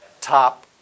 top